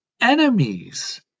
enemies